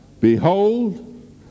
Behold